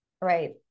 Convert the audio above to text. right